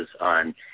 on